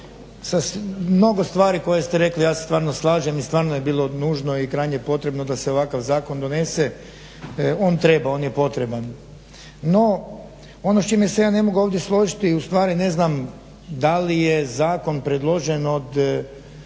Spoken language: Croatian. sa mnogo stvari koje ste rekli ja se stvarno slažem i stvarno je bilo nužno i krajnje potrebno da se ovakav zakon donese. On treba, on je potreban. No ono s čime se ja ovdje ne mogu složiti. Ustvari ne znam da li je zakon predložen od